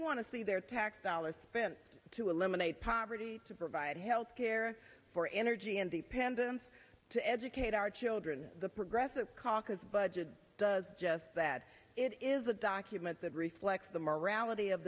want to see their tax dollars spent to eliminate poverty to provide health care for energy independence to educate our children the progressive caucus budget does just that it is a document that reflects the morality of